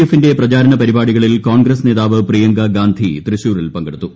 എഫിന്റെ പ്രചാരണ പരിപാടികളിൽ കോൺഗ്രസ് നേതാവ് പ്രിയങ്ക ഗാന്ധി തൃശൂരിൽ പങ്കെടുത്തു